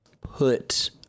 put